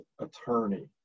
attorney